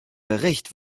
bericht